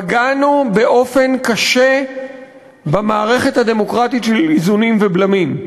פגענו באופן קשה במערכת הדמוקרטית של איזונים ובלמים.